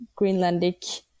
Greenlandic